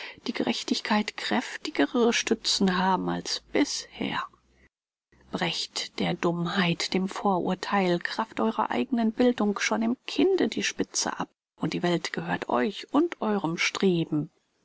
die gerechtigkeit kräftigere stützen haben als bisher brecht der dummheit dem vorurtheil kraft eurer eignen bildung schon im kinde die spitze ab und die welt gehört euch und eurem streben